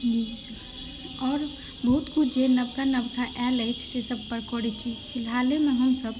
आओर बहुत किछु जे नबका नबका आयल अछि से सभ पर करै छी हालेमे हमसभ